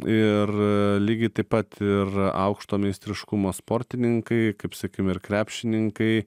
ir lygiai taip pat ir aukšto meistriškumo sportininkai kaip sakim ir krepšininkai